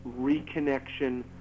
reconnection